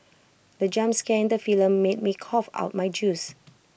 the jump scare in the film made me cough out my juice